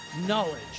knowledge